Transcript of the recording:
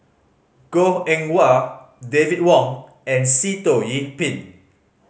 Goh Eng Wah David Wong and Sitoh Yih Pin